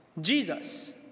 Jesus